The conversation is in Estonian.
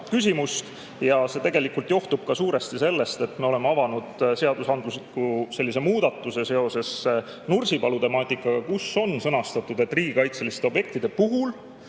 küsimust. See johtub suuresti sellest, et me oleme avanud seadusandliku muudatuse seoses Nursipalu temaatikaga: on sõnastatud, et riigikaitseliste objektide puhul